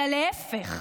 אלא להפך.